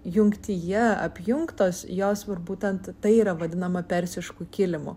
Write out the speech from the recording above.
jungtyje apjungtos jos ir būtent tai yra vadinama persišku kilimu